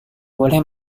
boleh